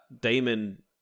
Damon